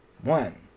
One